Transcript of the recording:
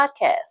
Podcast